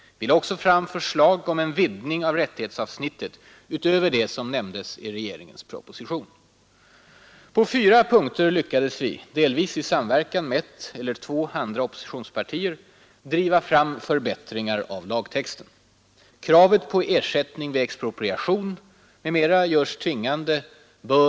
Vi lade också fram förslag om en vidgning av rättighetsavsnittet utöver det som nämndes i regeringens proposition. På fyra punkter lyckades vi, delvis i samverkan med ett eller två andra oppositionspartier, driva fram förbättringar av lagtexten.